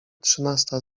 trzynasta